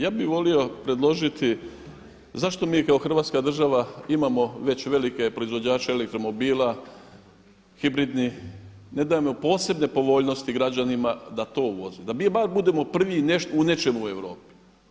Ja bih volio predložiti zašto mi kao Hrvatska država imamo već velike proizvođače elektromobila hibridnih, ne dajemo posebne povoljnosti građanima da to uvoze, da mi bar budemo prvi u nečemu u Europi?